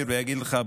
ואגיד לך: בוא,